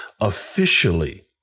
officially